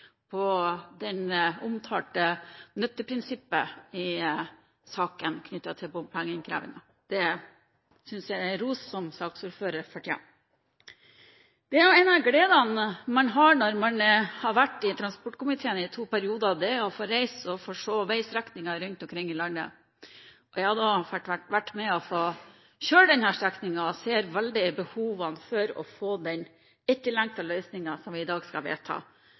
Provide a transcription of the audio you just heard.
på det omtalte nytteprinsippet i saken knyttet til bompengeinnkrevingen. Det synes jeg saksordføreren fortjener ros for. En av gledene man har når man er i transportkomiteen slik jeg har vært i to perioder, er å få reise og se veistrekninger rundt omkring i landet. Jeg har vært med og kjørt denne strekningen, og ser veldig godt behovene for å få den etterlengtede løsningen som vi i dag skal vedta.